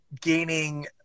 gaining